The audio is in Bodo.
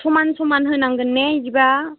समान समान होनांगोन ने बिदिबा